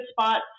spots